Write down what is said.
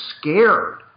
scared